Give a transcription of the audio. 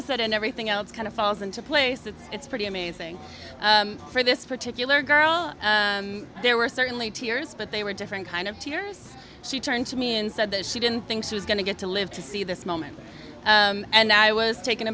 a sudden everything else kind of falls into place that it's pretty amazing for this particular girl and there were certainly tears but they were different kind of tears she turned to me and said that she didn't think she was going to get to live to see this moment and i was taken